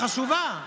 החשובה,